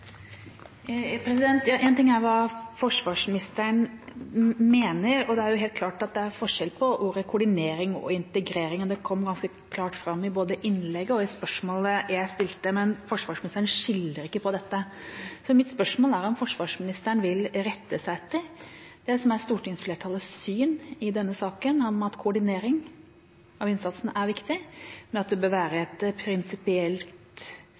hva forsvarsministeren mener. Det er jo helt klart at det er forskjell på ordene «koordinering» og «integrering», det kom ganske klart fram i både innlegget mitt og spørsmålet jeg stilte, men forsvarsministeren skiller ikke på dette. Mitt spørsmål er om forsvarsministeren vil rette seg etter det som er stortingsflertallets syn i denne saken: at koordinering av innsatsen er viktig, men at det bør være et prinsipielt